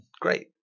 great